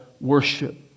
worship